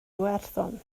iwerddon